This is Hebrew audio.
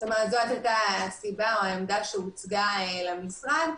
זו הייתה הסיבה או העמדה שהוצגה למשרד.